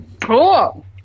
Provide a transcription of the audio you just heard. Cool